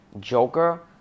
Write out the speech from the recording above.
Joker